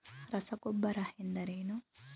ರಸಗೊಬ್ಬರ ಎಂದರೇನು?